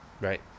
Right